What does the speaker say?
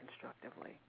constructively